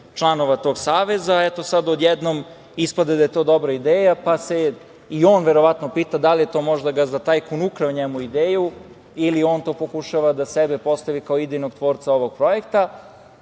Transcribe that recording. članova tog Saveza, a eto, sad, odjednom, ispade da je to dobra ideja. Sada se i on verovatno pita da li je to možda gazda tajkun ukrao njemu ideju ili on to pokušava da sebe postavi kao idejnog tvorca ovog projekta?